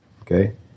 okay